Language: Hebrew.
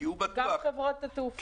כי הוא בטוח --- גם חברות התעופה,